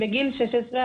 בגיל 16,